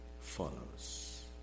follows